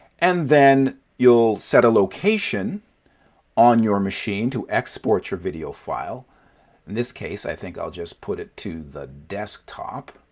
and then you'll set a location on your machine to export your video file. in this case i think i'll just put it to the desktop.